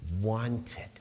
Wanted